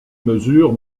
mesure